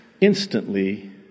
instantly